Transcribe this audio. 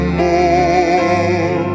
more